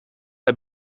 heb